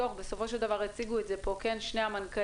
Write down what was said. בסופו של דבר הציגו את זה פה שני המנכ"לים